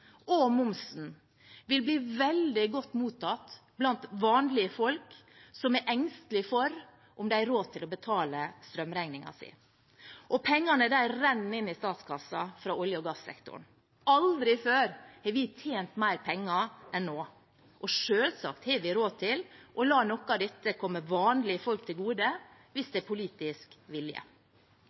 og momsen ville bli veldig godt mottatt blant vanlige folk som er engstelige for om de har råd til å betale strømregningen sin. Og pengene renner inn i statskassen fra olje- og gassektoren. Aldri før har vi tjent mer penger enn nå, og selvsagt har vi råd til å la noe av dette komme vanlige folk til gode, hvis det er politisk vilje.